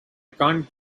can’t